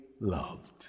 loved